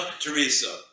Teresa